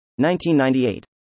1998